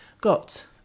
got